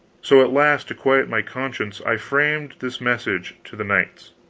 so, at last, to quiet my conscience, i framed this message to the knights